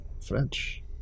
French